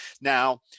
Now